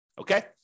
Okay